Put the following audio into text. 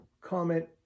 comment